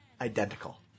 identical